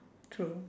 true